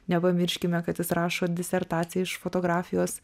nepamirškime kad jis rašo disertaciją iš fotografijos